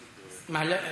למעלה,